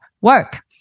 work